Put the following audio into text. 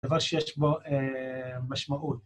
דבר שיש בו משמעות